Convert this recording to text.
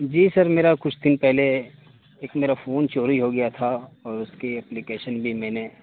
جی sir میرا کچھ دن پہلے ایک میرا فون چوری ہو گیا تھا اور اس کی اپلیکیشن بھی میں نے